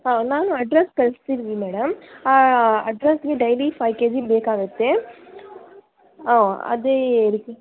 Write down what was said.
ಹಾಂ ನಾನು ಅಡ್ರಸ್ ಕಳಿಸ್ತಿದ್ವಿ ಮೇಡಮ್ ಅಡ್ರಸ್ಸಿಗೆ ಡೈಲಿ ಫೈವ್ ಕೆ ಜಿ ಬೇಕಾಗುತ್ತೆ ಹಾಂ ಅದೇ ಇದಕ್ಕೆ